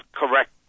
correct